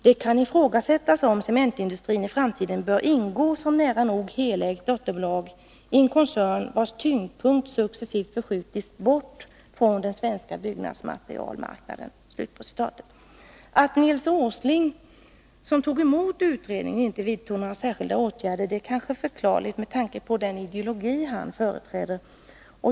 ”Det kan ifrågasättas om cementindustrin i framtiden bör ingå som nära nog helägt dotterbolag i en koncern vars tyngdpunkt successivt förskjutits bort från den svenska byggnadsmaterialmarknaden.” Att Nils Åsling, som tog emot utredningen, inte vidtog några särskilda åtgärder är kanske förklarligt med tanke på den ideologi han företräder.